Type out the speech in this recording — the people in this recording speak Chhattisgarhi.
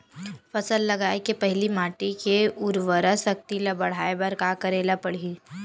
फसल लगाय के पहिली माटी के उरवरा शक्ति ल बढ़ाय बर का करेला पढ़ही?